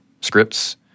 scripts